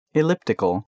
elliptical